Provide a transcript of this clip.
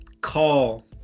call